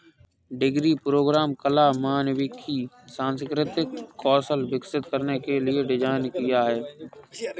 degree programme कला, मानविकी, सांस्कृतिक कौशल विकसित करने के लिए डिज़ाइन किया है